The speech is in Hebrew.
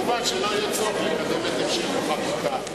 לא יהיה כמובן צורך לקדם את המשך החקיקה.